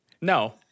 No